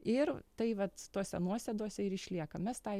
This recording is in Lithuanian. ir tai vat tose nuosėdose ir išlieka mes tą